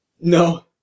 No